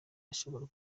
ashobora